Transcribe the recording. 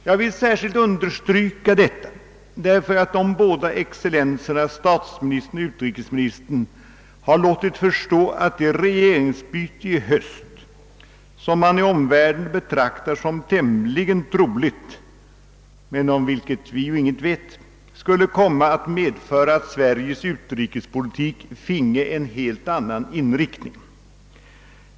Jag vill särskilt understryka detta därför att de båda excellenserna, statsministern och «utrikesministern, har låtit förstå att det regeringsbyte i höst som man i omvärlden betraktar som tämligen troligt — men om vilket vi ju ingenting vet! — skulle komma att medföra att Sveriges utrikespolitik finge en helt annan inriktning.